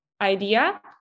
idea